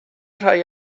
rhai